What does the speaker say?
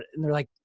and they're like,